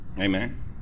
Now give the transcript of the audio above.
Amen